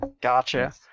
Gotcha